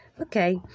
Okay